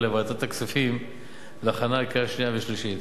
לוועדת הכספים להכנה לקריאה שנייה ושלישית.